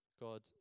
God